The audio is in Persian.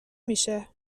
میشه